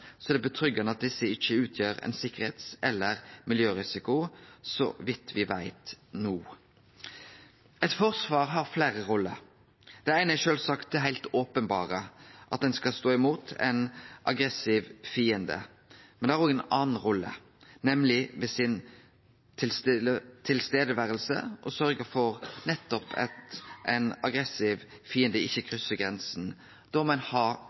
det meg ro at desse – så vidt me no veit – ikkje utgjer ein sikkerheits- eller miljørisiko. Eit forsvar har fleire roller. Den eine er sjølvsagt det heilt openberre, at ein skal stå imot ein aggressiv fiende. Men det har òg ei anna rolle, nemleg ved å vere til stades og sørgje for nettopp at ein aggressiv fiende ikkje kryssar grensa. Då må ein